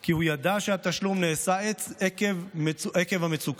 כי הוא ידע שהתשלום נעשה עקב מצוקה,